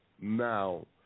now